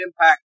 impact